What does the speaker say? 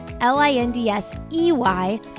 L-I-N-D-S-E-Y